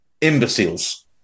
imbeciles